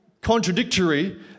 contradictory